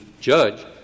judge